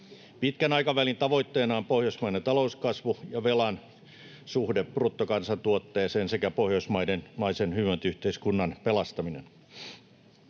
Pitkän aikavälin tavoitteena on pohjoismainen talouskasvu ja velan suhde bruttokansantuotteeseen sekä pohjoismaisen hyvinvointiyhteiskunnan pelastaminen.